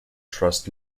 trust